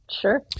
Sure